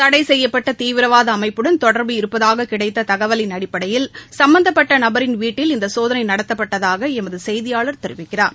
தடை செய்யப்பட்ட தீவிரவாத அமைப்புடன் தொடர்பு இருப்பதாக கிடைத்த தகவலின் அடிப்படையில் சும்பந்தப்பட்ட நபரின் வீட்டில் இந்த சோதளை நடத்தப்பட்டதாக எமது செய்தியாளர் தெரிவிக்கிறார்